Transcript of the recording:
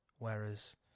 Whereas